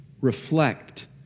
reflect